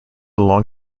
long